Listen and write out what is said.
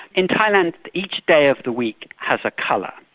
in thailand, each day of the week has a colour,